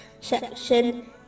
section